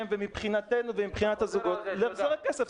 ומבחינתנו ומבחינת הזוגות להחזר הכסף.